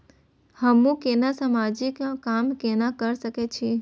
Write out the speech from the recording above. हमू केना समाजिक काम केना कर सके छी?